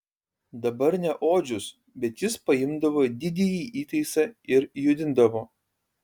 dabar ne odžius bet jis paimdavo didįjį įtaisą ir judindavo